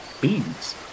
Beans